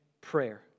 prayer